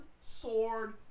sword